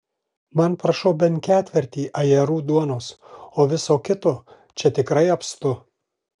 man prašau bent ketvirtį ajerų duonos o viso kito čia tikrai apstu